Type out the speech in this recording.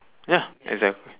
ya exact~